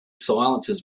silences